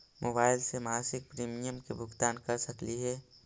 Mobile से मासिक premium के भुगतान कर सकली हे?